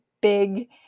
big